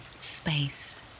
space